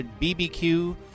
BBQ